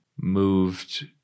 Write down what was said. Moved